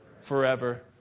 forever